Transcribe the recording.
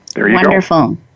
Wonderful